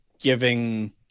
giving